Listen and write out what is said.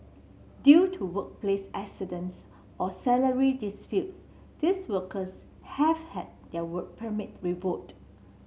due to workplace accidents or salary disputes these workers have had their Work Permit revoked